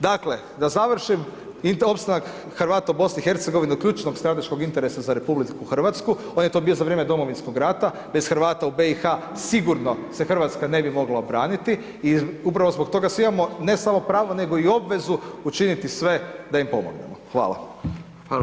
Dakle, da završim, opstanak Hrvata u BiH je od ključnog strateškog interesa za RH, on je to bio za Domovinskog rata, bez Hrvata u BiH sigurno se Hrvatska ne bi mogla obraniti i upravo zbog toga svi imamo ne samo pravo nego i obvezu učiniti sve da im pomognemo.